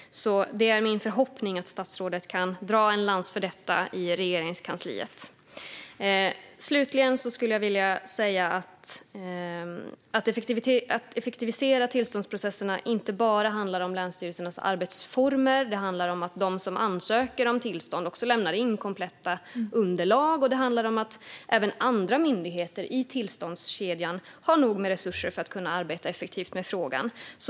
Det är min förhoppning att statsrådet kan dra en lans för detta i Regeringskansliet. Slutligen vill jag säga att effektivisering av tillståndsprocesserna inte bara handlar om länsstyrelsernas arbetsformer. Det handlar också om att de som ansöker om tillstånd lämnar in kompletta underlag och om att även andra myndigheter i tillståndskedjan har nog med resurser för att kunna arbeta effektivt med frågan.